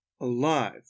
alive